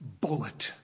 bullet